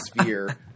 sphere